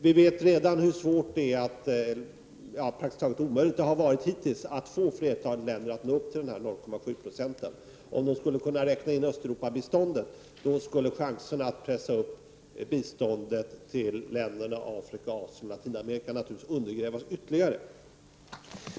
Vi vet att det redan hittills har varit praktiskt taget omöjligt att få flertalet länder att nå upp till 0,7 70. Om de skulle kunna räkna in Östeuropabiståndet, skulle chanserna att pressa upp biståndet till länderna i Afrika, Asien och Latinamerika naturligtvis undergrävas ytterligare.